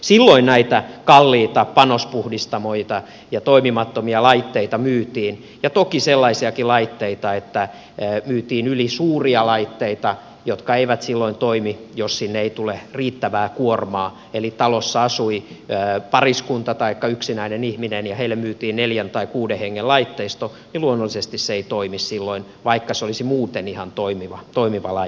silloin näitä kalliita panospuhdistamoita ja toimimattomia laitteita myytiin ja toki myytiin sellaisia ylisuuriakin laitteita jotka eivät silloin toimi jos sinne ei tule riittävää kuormaa eli kun talossa asui pariskunta taikka yksinäinen ihminen ja heille myytiin neljän tai kuuden hengen laitteisto niin luonnollisesti se ei toimi silloin vaikka se olisi muuten ihan toimiva laite ollutkin